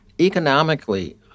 Economically